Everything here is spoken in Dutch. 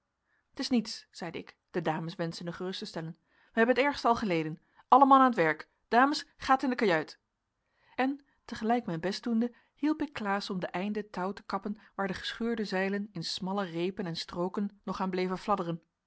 t is niets zeide ik de dames wenschende gerust te stellen wij hebben het ergste al geleden alle man aan t werk dames gaat in de kajuit en te gelijk mijn best doende hielp ik klaas om de einden touw te kappen waar de gescheurde zeilen in smalle reepen en strooken nog aan bleven fladderen